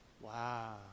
Wow